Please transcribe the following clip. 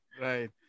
right